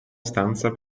stanza